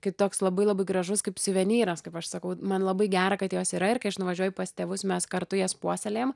kai toks labai labai gražus kaip suvenyras kaip aš sakau man labai gera kad jos yra ir kai aš nuvažiuoju pas tėvus mes kartu jas puoselėjam